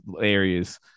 areas